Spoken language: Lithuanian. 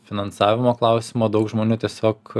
finansavimo klausimo daug žmonių tiesiog